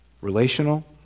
relational